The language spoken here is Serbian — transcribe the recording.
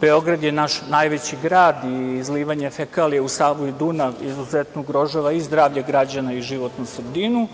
Beograd je naš najveći grad i izlivanje fekalija u Savu i Dunav izuzetno ugrožava i zdravlje građana i životnu sredinu.